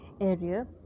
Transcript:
area